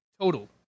total